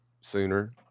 sooner